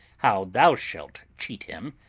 how thou shalt cheat him,